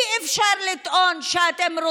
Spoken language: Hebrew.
אי-אפשר לטעון שאתם,